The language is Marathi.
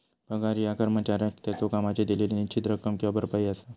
पगार ह्या कर्मचाऱ्याक त्याच्यो कामाची दिलेली निश्चित रक्कम किंवा भरपाई असा